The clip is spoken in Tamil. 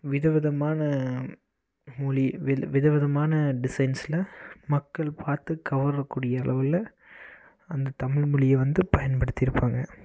விதவிதமான மொழி விதவிதமான டிசைன்ஸில் மக்கள் பார்த்துக் கவரக்கூடிய அளவில் அந்த தமிழ் மொழியை வந்து பயன்படுத்தியிருப்பாங்க